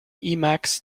emacs